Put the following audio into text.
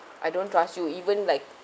I don't trust you even like